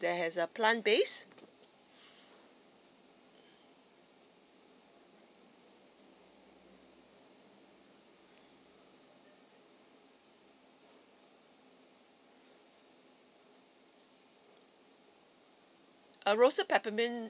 that has a plant base uh roasted peppermint